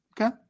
Okay